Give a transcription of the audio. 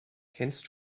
kennst